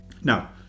Now